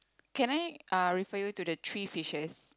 can I uh refer you to the three fishes